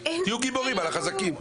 תהיו גיבורים על החזקים.